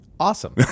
Awesome